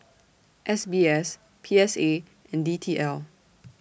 S B S P S A and D T L